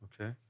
okay